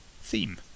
theme